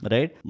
Right